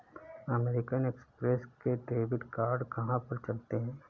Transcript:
American Express के debit card कहाँ पर चलते हैं?